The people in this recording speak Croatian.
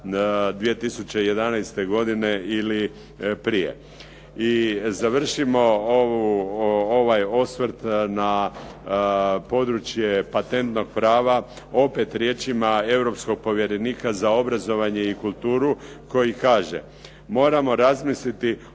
2011. godine ili prije. I završimo ovaj osvrt na područje patentnog prava opet riječima europskog povjerenika za obrazovanje i kulturu koji kaže: "Moramo razmisliti o